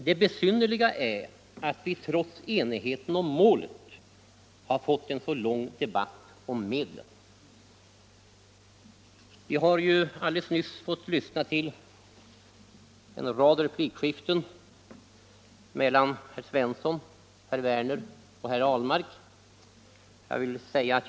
Det besynnerliga är att vi trots enigheten om målet har fått en lång debatt om medlen. Vi har ju alldeles nyss fått lyssna till en rad replikskiften mellan herr Svensson i Eskilstuna, herr Werner i Malmö och herr Ahlmark.